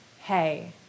hey